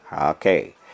okay